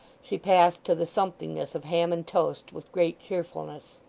she passed to the somethingness of ham and toast with great cheerfulness.